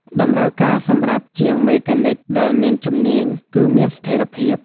តម្រូវការសម្រាប់ជាងមេកានិកដែលមានជំនាញគឺមានស្ថេរភាព។